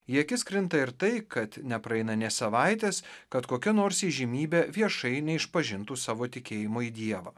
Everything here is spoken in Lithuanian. į akis krinta ir tai kad nepraeina nė savaitės kad kokia nors įžymybė viešai neišpažintų savo tikėjimo į dievą